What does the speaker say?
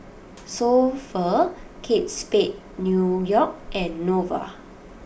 So Pho Kate Spade New York and Nova